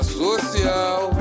social